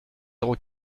zéro